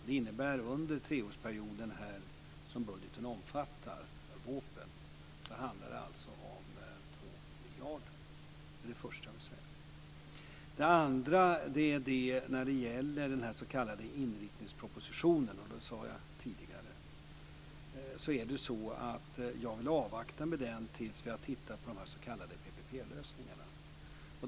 Det innebär att det under den treårsperiod som budgeten omfattar, vårpropositionen, handlar om 2 miljarder. Det är det första jag vill säga. Det andra gäller den s.k. inriktningspropositionen. Som jag tidigare sade vill jag avvakta med den tills vi har tittat på de s.k. PPP-lösningarna.